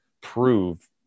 prove